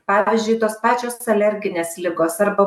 pavyzdžiui tos pačios alerginės ligos arba